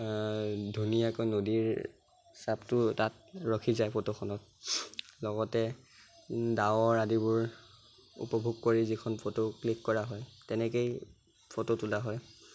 ধুনীয়াকৈ নদীৰ চাপটো তাত ৰখি যায় ফ'টোখনত লগতে ডাৱৰ আদিবোৰ উপভোগ কৰি যিখন ফ'টো ক্লীক কৰা হয় তেনেকেই ফ'টো তোলা হয়